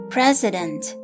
President